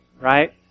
right